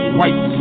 white